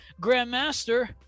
Grandmaster